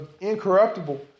incorruptible